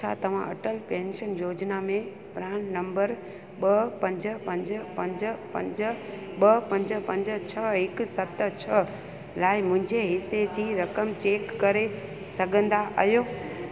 छा तव्हां अटल पेंशन योजना में प्रान नंबर ॿ पंज पंज पंज पंज ॿ पंज पंज छह हिकु सत छह लाइ मुंहिंजे हिसे जी रक़म चेक करे सघंदा आहियो